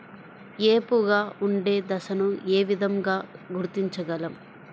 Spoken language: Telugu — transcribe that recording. ఏపుగా ఉండే దశను ఏ విధంగా గుర్తించగలం?